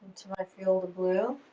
until i feel the blue.